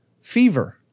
fever